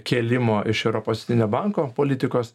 kėlimo iš europos centrinio banko politikos